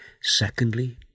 Secondly